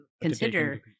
consider